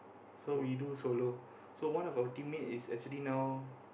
so we do solo so one of our teammates is actually now